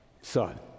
son